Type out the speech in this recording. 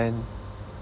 and